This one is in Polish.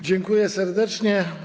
Dziękuję serdecznie.